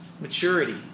maturity